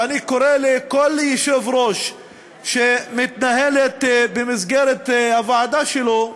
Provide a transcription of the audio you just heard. ואני קורא לכל יושב-ראש שמתנהל במסגרת הוועדה שלו,